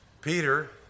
Peter